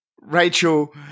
Rachel